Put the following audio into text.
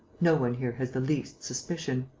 no one here has the least suspicion.